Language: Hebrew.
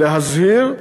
להזהיר,